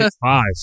five